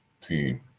team